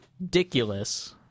ridiculous